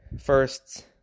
first